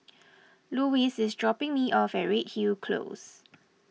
Louise is dropping me off Redhill Close